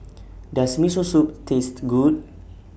Does Miso Soup Taste Good